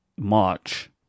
March